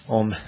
om